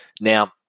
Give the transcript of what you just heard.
Now